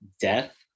death